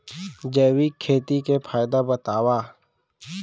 जैविक खेती के फायदा बतावा?